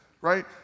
right